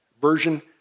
version